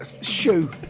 Shoe